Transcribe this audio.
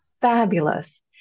fabulous